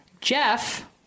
Jeff